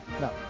no